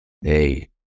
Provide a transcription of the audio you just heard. Hey